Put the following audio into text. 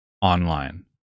online